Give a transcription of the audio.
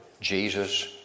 Jesus